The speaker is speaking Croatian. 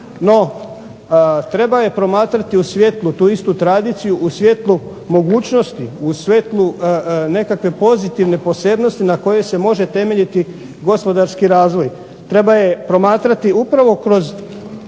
no treba je promatrati u svjetlu, tu istu tradiciju, u svjetlu mogućnosti, u svjetlu nekakve pozitivne posebnosti na kojoj se može temeljiti gospodarski razvoj. Treba je promatrati upravo kroz